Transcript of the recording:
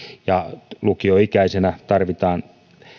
ja lukioikäisenä tarvitaan